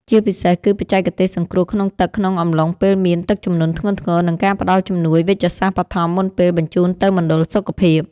ជាពិសេសគឺបច្ចេកទេសសង្គ្រោះក្នុងទឹកក្នុងអំឡុងពេលមានទឹកជំនន់ធ្ងន់ធ្ងរ និងការផ្ដល់ជំនួយវេជ្ជសាស្ត្របឋមមុនពេលបញ្ជូនទៅមណ្ឌលសុខភាព។